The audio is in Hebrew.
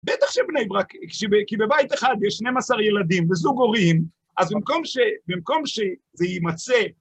בטח שבני ברק, כי בבית אחד יש 12 ילדים וזוג הורים, אז במקום ש..במקום ש..זה יימצא...